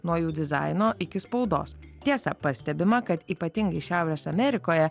nuo jų dizaino iki spaudos tiesa pastebima kad ypatingai šiaurės amerikoje